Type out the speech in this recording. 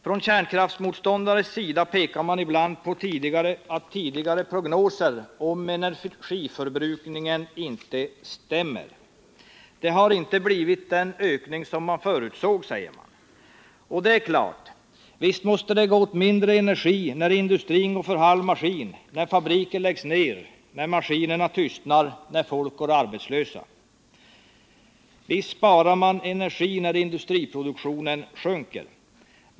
Från kärnkraftsmotståndarnas sida pekar man ibland på att tidigare prognoser om energiförbrukningen inte stämmer. Det har inte blivit den ökning som man förutsåg, säger man. Och det är klart. Visst måste det gå åt mindre energi, när industrin går för halv maskin, när fabriker läggs ner, maskinerna tystnar och folk blir arbetslösa. Visst sparar man energi när industriproduktionen sjunker.